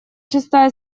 шестая